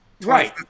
Right